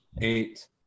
eight